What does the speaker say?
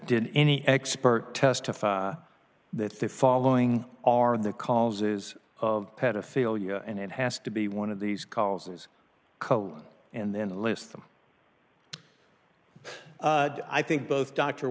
did any expert testified that the following are the causes of pedophilia and it has to be one of these causes code and then to list them i think both dr